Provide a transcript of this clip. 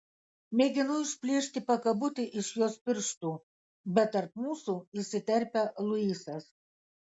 mėginu išplėšti pakabutį iš jos pirštų bet tarp mūsų įsiterpia luisas